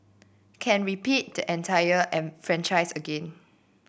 can repeat the entire franchise again